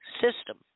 system